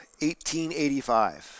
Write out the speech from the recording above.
1885